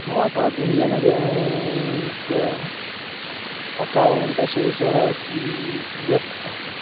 मम सौत् Indian bank account शेषः कियत् अस्ति